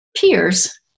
peers